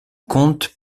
compte